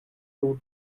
two